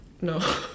No